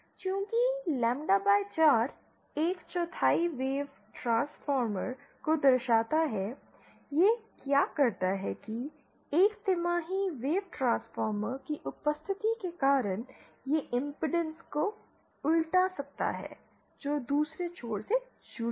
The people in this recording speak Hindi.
चूंकि लैम्ब्डा 4 एक चौथाई वेव ट्रांसफार्मर को दर्शाता है यह क्या करता है कि एक तिमाही वेव ट्रांसफार्मर की उपस्थिति के कारण यह इंपेडेंस को उल्टा सकता है जो दूसरे छोर से जुड़ी है